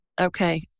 Okay